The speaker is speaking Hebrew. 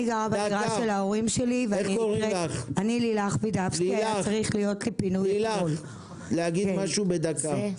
תציגי את עצמך ותגידי משהו בדקה.